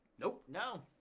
nope. no,